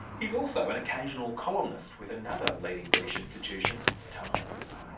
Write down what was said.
he's also an occasional columnist with another leading british institution, the times.